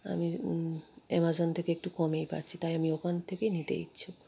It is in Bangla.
আমি অ্যামাজন থেকে একটু কমেই পাচ্ছি তাই আমি ওখান থেকেই নিতে ইচ্ছুক